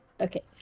okay